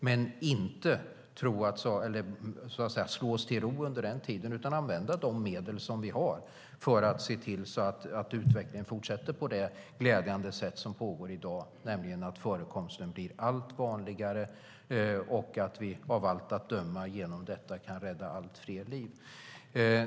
Men vi ska inte slå oss till ro under tiden utan använda de medel som vi har för att se till att utvecklingen fortsätter på det glädjande sätt som pågår i dag, nämligen att förekomsten blir allt vanligare och att vi av allt att döma genom detta kan rädda allt fler liv.